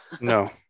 No